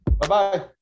Bye-bye